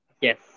Yes